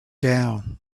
down